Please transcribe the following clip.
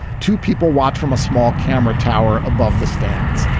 two people watch from a small camera tower above the stands.